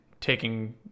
taking